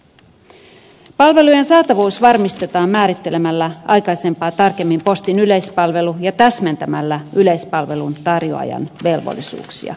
palvelujen saatavuus varmistetaan määrittelemällä aikaisempaa tarkemmin postin yleispalvelu ja täsmentämällä yleispalvelun tarjoajan velvollisuuksia